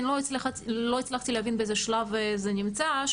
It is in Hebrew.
אני לא הצלחתי להבין באיזה שלב של הכנה זה נמצא,